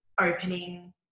opening